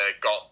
got